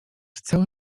cały